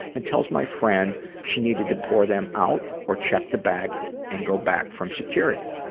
and tells my friend she needed to pour them out, or check the bag and go back from security.